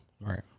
Right